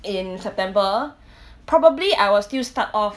in september probably I will still start off